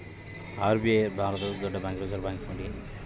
state bank of India ಭಾರತದ ದೊಡ್ಡ bank